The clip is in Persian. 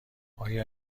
آیا